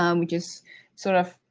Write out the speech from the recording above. um which is sort of,